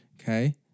okay